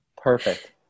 Perfect